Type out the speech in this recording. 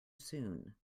soon